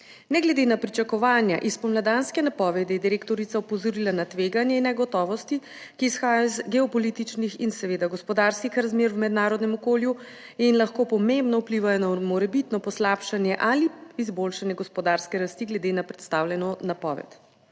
Ne glede na pričakovanja iz spomladanske napovedi je direktorica opozorila na tveganje in negotovosti, ki izhaja iz geopolitičnih in seveda gospodarskih razmer v mednarodnem okolju in lahko pomembno vplivajo na morebitno poslabšanje ali izboljšanje gospodarske rasti glede na predstavljeno napoved.